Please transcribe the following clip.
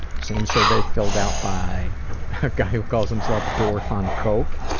same survey filled out by a guy who calls himself dorfoncoke.